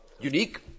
unique